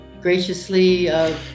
graciously